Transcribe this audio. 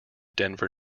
denver